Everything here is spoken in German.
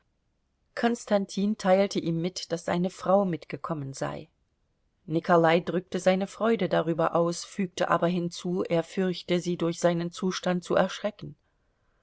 konstantin teilte ihm mit daß seine frau mitgekommen sei nikolai drückte seine freude darüber aus fügte aber hinzu er fürchte sie durch seinen zustand zu erschrecken